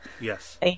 Yes